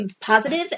positive